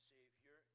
Savior